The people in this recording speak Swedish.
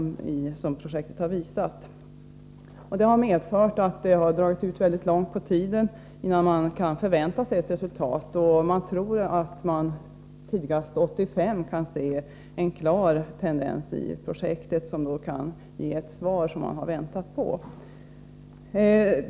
Detta har medfört att det har dragit långt ut på tiden innan man kan förvänta sig ett resultat. Man tror att man tidigast 1985 kan se en klar tendens i projektet, som då kan ge det svar som vi har väntat på.